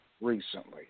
recently